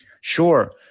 Sure